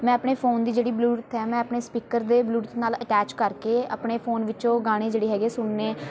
ਮੈਂ ਆਪਣੇ ਫੋਨ ਦੀ ਜਿਹੜੀ ਬਲੂਟੁੱਥ ਹੈ ਮੈਂ ਆਪਣੇ ਸਪੀਕਰ ਦੇ ਬਲੂਟੁੱਥ ਨਾਲ ਅਟੈਚ ਕਰ ਕੇ ਆਪਣੇ ਫੋਨ ਵਿੱਚ ਉਹ ਗਾਣੇ ਜਿਹੜੇ ਹੈਗੇ ਸੁਣਨੇ